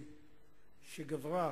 שגברה